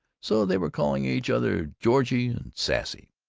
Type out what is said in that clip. so they were calling each other georgie and sassy.